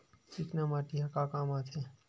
चिकना माटी ह का काम आथे?